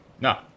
No